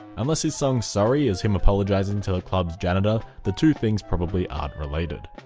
unless his song sorry is him apologising to the club's janitor, the two things probably aren't related.